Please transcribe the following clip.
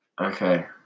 Okay